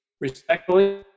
Respectfully